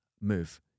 move